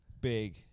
big